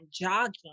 jogging